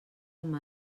amb